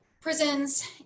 Prisons